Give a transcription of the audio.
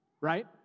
Right